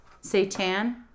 Satan